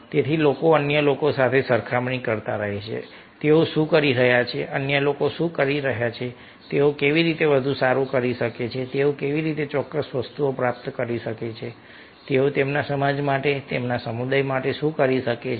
તેથી લોકો અન્ય લોકો સાથે સરખામણી કરતા રહે છે કે તેઓ શું કરી રહ્યા છે અન્ય લોકો શું કરી રહ્યા છે તેઓ કેવી રીતે વધુ સારું કરી શકે છે તેઓ કેવી રીતે ચોક્કસ વસ્તુઓ પ્રાપ્ત કરી શકે છે તેઓ તેમના સમાજ માટે તેમના સમુદાય માટે શું કરી શકે છે